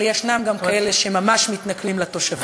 אבל ישנם גם כאלה שממש מתנכלים לתושבים.